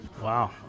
Wow